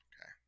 Okay